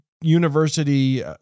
university